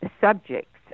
subjects